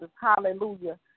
Hallelujah